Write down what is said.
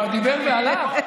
מה, דיבר והלך?